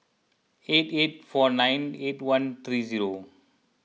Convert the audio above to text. eight eight four nine eight one three zero